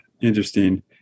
interesting